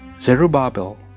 Zerubbabel